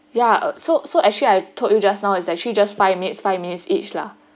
ya so so actually I told you just now is actually just five minutes five minutes each lah